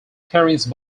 experience